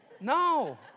No